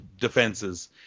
defenses